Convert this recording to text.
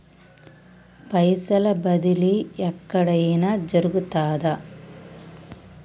పైసల బదిలీ ఎక్కడయిన జరుగుతదా?